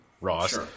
Ross